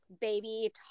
baby